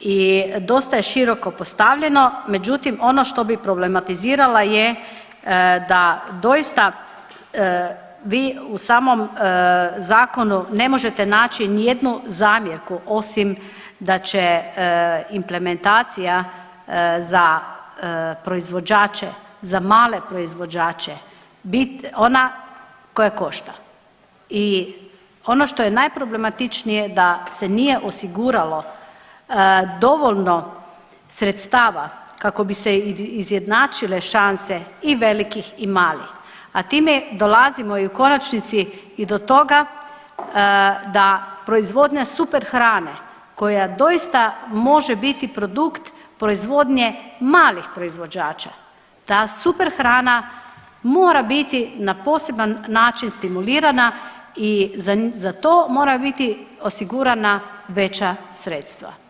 i dosta je široko postavljeno, međutim ono što bi problematizirala je da doista vi u samom zakonu ne možete naći nijednu zamjerku osim da će implementacija za proizvođače, za male proizvođače bit ona koja košta i ono što je najproblematičnije da se nije osiguralo dovoljno sredstava kako bi se izjednačile šanse i velikih i malih, a time dolazimo i u konačnici i do toga da proizvodnja super hrane koja doista može biti produkt proizvodnje malih proizvođača, ta super hrana mora biti na poseban način stimulirana i za to mora biti osigurana veća sredstva.